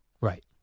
Right